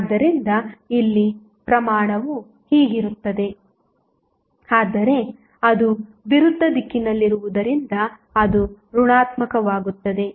ಆದ್ದರಿಂದ ಇಲ್ಲಿ ಪ್ರಮಾಣವು ಹೀಗಿರುತ್ತದೆ ಆದರೆ ಅದು ವಿರುದ್ಧ ದಿಕ್ಕಿನಲ್ಲಿರುವುದರಿಂದ ಅದು ಋಣಾತ್ಮಕವಾಗುತ್ತದೆ